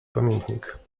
pamiętnik